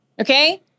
Okay